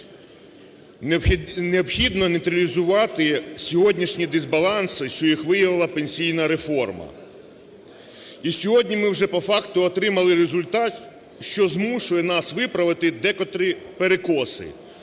"Необхідно нейтралізувати сьогоднішні дисбаланси, що їх виявила пенсійна реформа. І сьогодні ми вже по факту отримали результат, що змушує нас виправити декотрі перекоси".